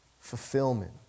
fulfillment